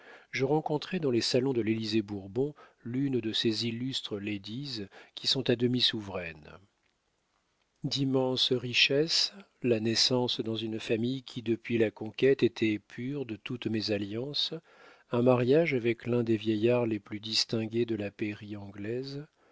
je rencontrai dans les salons de l'élysée-bourbon l'une de ces illustres ladies qui sont à demi souveraines d'immenses richesses la naissance dans une famille qui depuis la conquête était pure de toute mésalliance un mariage avec l'un des vieillards les plus distingués de la pairie anglaise